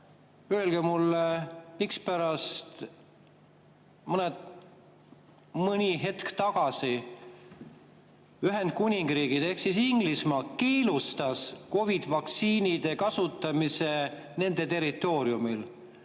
öelge mulle, mispärast mõni hetk tagasi Ühendkuningriik ehk siis Inglismaa keelustas COVID-i vaktsiinide kasutamise nende territooriumil.